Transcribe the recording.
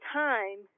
time